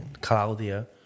Claudia